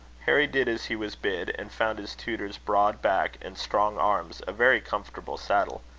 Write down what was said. harry did as he was bid, and found his tutor's broad back and strong arms a very comfortable saddle.